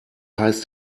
heißt